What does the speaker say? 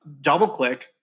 DoubleClick